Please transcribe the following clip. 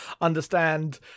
understand